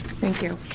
thank you.